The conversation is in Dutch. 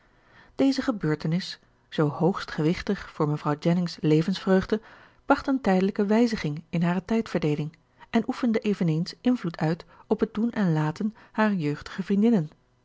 deze gebeurtenis zoo hoogst gewichtig voor mevrouw jennings levensvreugde bracht een tijdelijke wijziging in hare tijdverdeeling en oefende eveneens invloed uit op het doen en laten harer jeugdige vriendinnen